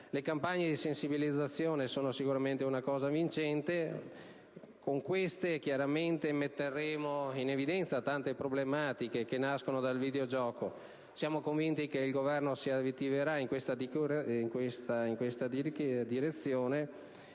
Le campagne di sensibilizzazione sono sicuramente vincenti; con queste metteremo in evidenza tante problematiche che nascono dal videogioco. Siamo convinti che il Governo si attiverà in questa direzione